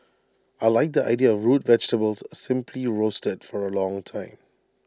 I Like the idea root vegetables simply roasted for A long time